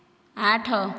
ଆଠ